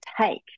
take